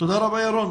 תודה רבה, ירון.